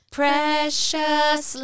precious